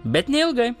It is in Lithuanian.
bet neilgai